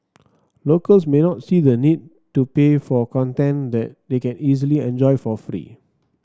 locals may not see the need to pay for content that they can easily enjoy for free